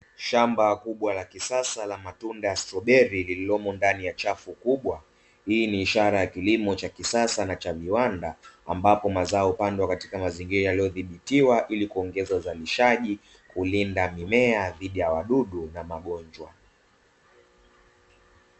Shamba kubwa ka kisasa ka matunda ya strobeli lililomo ndani ya chafu kubwa, hii ni ishara ya kilimo cha kisasa na cha viwanda ambapo mazao hupandwa katika mazingira yaliyodhibitiwa Ili kuongeza uzalishaji kulinda mimea dhidi ya wadudu na magonjwa.